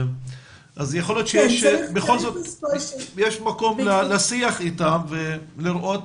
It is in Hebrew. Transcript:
יכול להיות שיש מקום לשיח אתם כדי לראות